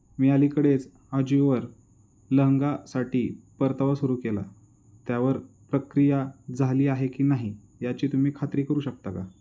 मी अलीकडेच अजीओवर लेहंग्यासाठी परतावा सुरू केला त्यावर प्रक्रिया झाली आहे की नाही याची तुम्ही खात्री करू शकता का